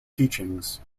teachings